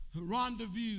rendezvous